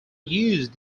used